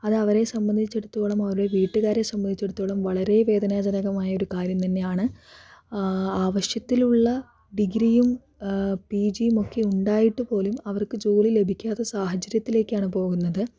അത് അവരെ സംബന്ധിച്ചെടുത്തോളം അവരുടെ വീട്ടുകാരെ സംബന്ധിച്ചെടുത്തോളം വളരെ വേദനാജനകമായ ഒരു കാര്യം തന്നെയാണ് ആവശ്യത്തിലുള്ള ഡിഗ്രിയും പീ ജിയുമൊക്കെ ഉണ്ടായിട്ട് പോലും അവർക്ക് ജോലി ലഭിക്കാത്ത സാഹചര്യത്തിലേക്കാണ് പോകുന്നത്